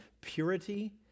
purity